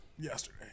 yesterday